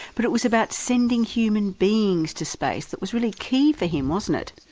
but it was about sending human beings to space that was really key for him, wasn't it?